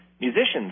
musicians